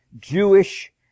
Jewish